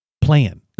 plan